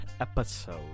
episode